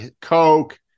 coke